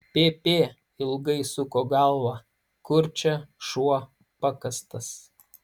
pp ilgai suko galvą kur čia šuo pakastas